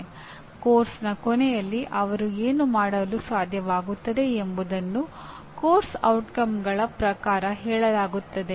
ಪಠ್ಯಕ್ರಮದ ಕೊನೆಯಲ್ಲಿ ಅವರು ಏನು ಮಾಡಲು ಸಾಧ್ಯವಾಗುತ್ತದೆ ಎಂಬುದನ್ನು ಪಠ್ಯಕ್ರಮದ ಪರಿಣಾಮಗಳ ಪ್ರಕಾರ ಹೇಳಲಾಗುತ್ತದೆ